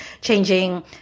changing